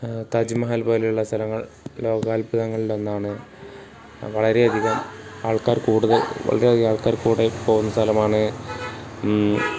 താജ്മഹൽ പോലെയുള്ള സ്ഥലങ്ങൾ ലോകാത്ഭുതങ്ങളിലൊന്നാണ് വളരെയധികം ആൾക്കാർ കൂടുതൽ വളരെയധികം ആൾക്കാർ കൂടെ പോകുന്ന സ്ഥലമാണ്